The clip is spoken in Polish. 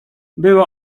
była